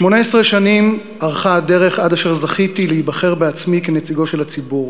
18 שנים ארכה הדרך עד אשר זכיתי להיבחר בעצמי כנציגו של הציבור,